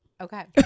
Okay